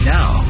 Now